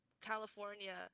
California